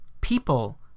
People